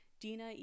Dina